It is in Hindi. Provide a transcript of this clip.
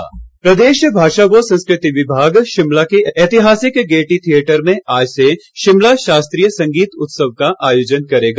संगीत उत्सव प्रदेश भाषा व संस्कृति विभाग शिमला के ऐतिहासिक गेयटी थिएटर में आज से शिमला शास्त्रीय संगीत उत्सव का आयोजन करेगा